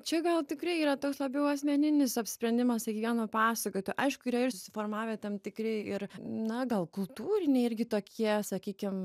čia gal tikrai yra toks labiau asmeninis apsprendimas kiekvieno pasakoto aišku yra ir susiformavę tam tikri ir na gal kultūriniai irgi tokie sakykim